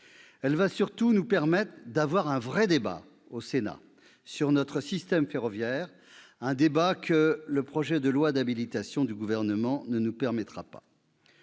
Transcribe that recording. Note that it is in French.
Elle va surtout nous permettre d'avoir un vrai débat au Sénat sur notre système ferroviaire, un débat que le projet de loi d'habilitation du Gouvernement n'autorisera pas.